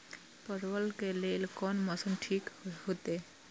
परवल के लेल कोन मौसम ठीक होते?